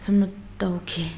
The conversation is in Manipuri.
ꯑꯁꯨꯝꯅ ꯇꯧꯈꯤ